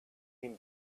him